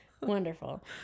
wonderful